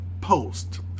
Post